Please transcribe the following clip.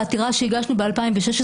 בעתירה שהגשנו ב-2016,